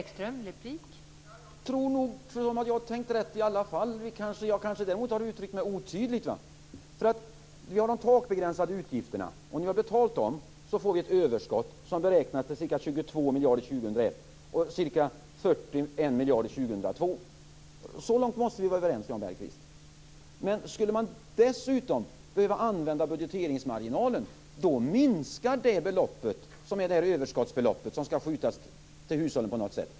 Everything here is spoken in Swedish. Fru talman! Jag tror nog att jag har tänkt rätt i alla fall. Jag kanske däremot har uttryckt mig otydligt. Vi har de takbegränsade utgifterna. När vi har betalat dem får vi ett överskott som beräknas till ca 22 miljarder år 2001 och ca 41 miljarder år 2002. Så långt måste vi vara överens, Jan Bergqvist. Men skulle man dessutom behöva använda budgeteringsmarginalen minskar överskottsbeloppet, som skall skjutas till hushållen på något sätt.